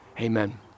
amen